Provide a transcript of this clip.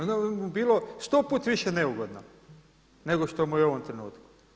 Onda bi mu bilo sto puta više neugodno nego što mu je u ovom trenutku.